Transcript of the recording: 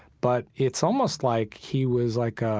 but it's almost like he was like a,